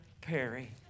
perry